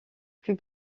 plus